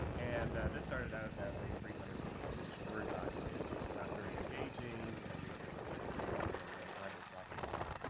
and this started out as a three hundred page word document. not very engaging. and i used it for a couple of years. and then when ibooks author came out,